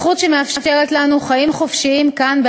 זכות שמאפשרת לנו חיים חופשיים כאן,